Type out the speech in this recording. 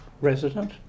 resident